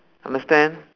understand